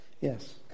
Yes